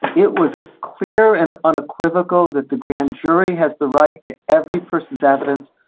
it was clear and unequivocal that the grand jury has the right to every person's evidence.